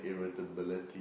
irritability